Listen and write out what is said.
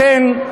לכן,